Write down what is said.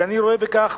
ואני רואה בכך